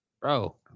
bro